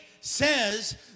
says